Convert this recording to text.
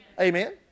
Amen